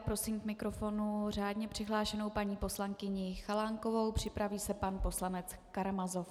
Prosím k mikrofonu řádně přihlášenou paní poslankyni Chalánkovou, připraví se pan poslanec Karamazov.